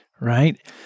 right